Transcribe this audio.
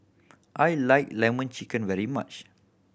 I like Lemon Chicken very much